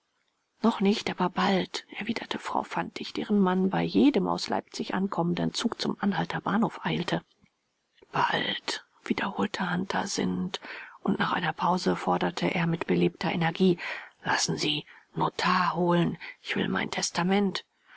noch nicht aber bald erwiderte frau fantig deren mann bei jedem aus leipzig ankommenden zug zum anhalter bahnhof eilte bald wiederholte hunter sinnend und nach einer pause forderte er mit belebter energie lassen sie notar holen ich will mein testament